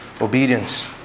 obedience